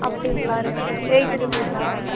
அப்படிங்களா ரெண்டு எயிட்டி ரூபீஸா